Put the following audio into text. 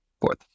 fourth